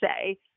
say